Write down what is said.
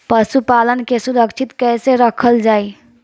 पशुपालन के सुरक्षित कैसे रखल जाई?